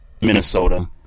Minnesota